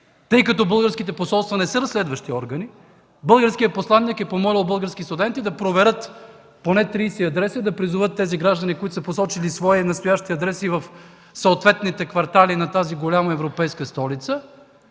Тъй като българските посолства не са разследващи органи, българският посланик е помолил български студенти да проверят поне 30 адреса и да призоват гражданите, които са посочили свои настоящи адреси в съответните квартали на тази голяма европейска столица,